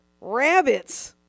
Rabbits